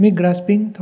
grasping